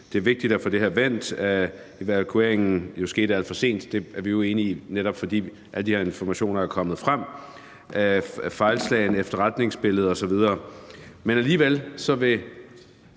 det er vigtigt at få det her vendt, at evakueringen skete alt for sent – det er vi jo enige i, netop på baggrund af at de her informationer er kommet frem – og at der var fejlbehæftede efterretningsbilleder osv. Men alligevel vil